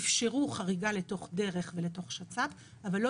אפשרו חריגה לתוך דרך ולתוך שצ"פ אבל לא